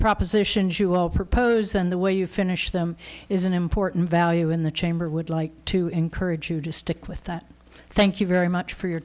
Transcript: proposition jewel propose and the way you finish them is an important value in the chamber would like to encourage you to stick with that thank you very much for your